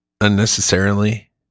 unnecessarily